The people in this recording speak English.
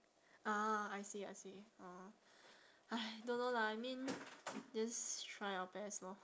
ah I see I see orh !hais! don't know lah I mean just try our best lor